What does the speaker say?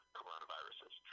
coronaviruses